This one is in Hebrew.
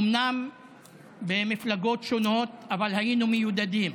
אומנם במפלגות שונות, אבל היינו מיודדים.